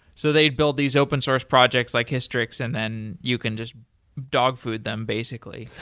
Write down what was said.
so they'd build these open source projects like histrix and then you can just dog food them basically.